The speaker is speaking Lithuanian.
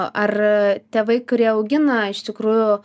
ar tėvai kurie augina iš tikrųjų